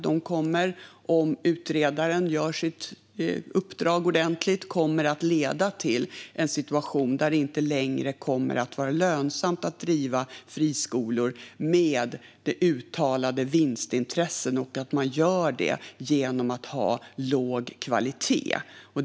De kommer, om utredaren utför sitt uppdrag ordentligt, att leda till en situation där det inte längre kommer att vara lönsamt att driva friskolor med uttalade vinstintressen och att göra det genom att ha låg kvalitet.